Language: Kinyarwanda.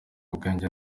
ubwenge